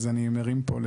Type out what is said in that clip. אז אני מרים פה.